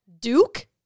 Duke